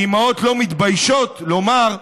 אימהות לא מתביישות לומר,